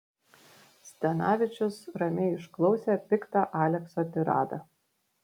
zdanavičius ramiai išklausė piktą alekso tiradą